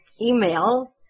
email